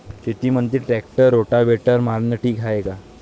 शेतामंदी tractor rotavator मारनं ठीक हाये का?